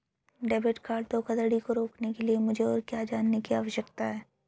Debit card धोखाधड़ी को रोकने के लिए मुझे और क्या जानने की आवश्यकता है?